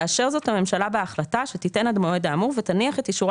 תאשר זאת הממשלה בהחלטה שתיתן עד המועד האמור ותניח את אישורה